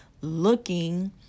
looking